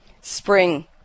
Spring